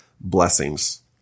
blessings